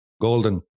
Golden